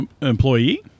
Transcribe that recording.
Employee